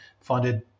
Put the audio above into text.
funded